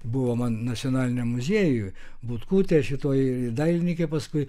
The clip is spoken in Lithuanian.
buvo man nacionaliniam muziejuj butkutė šitoji dailininkė paskui